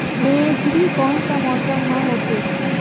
मेझरी कोन सा मौसम मां होथे?